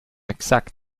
exact